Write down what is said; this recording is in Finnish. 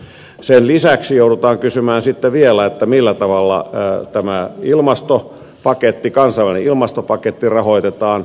sen lisäksi joudutaan kysymään sitten vielä millä tavalla tämä kansainvälinen ilmastopaketti rahoitetaan